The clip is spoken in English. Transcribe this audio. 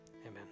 amen